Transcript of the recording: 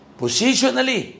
positionally